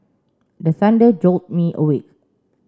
the thunder jolt me awake